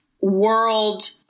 world